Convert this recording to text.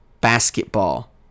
basketball